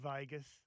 Vegas